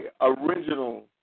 original